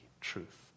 truth